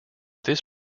this